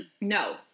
No